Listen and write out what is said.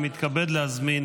אני מתכבד להזמין